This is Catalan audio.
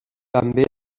també